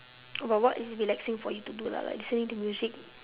about what is relaxing for you to do lah like listening to music